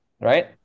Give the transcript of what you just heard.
Right